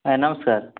ଆଜ୍ଞା ନମସ୍କାର୍